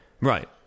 Right